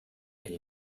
elle